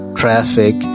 traffic